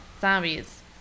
zombies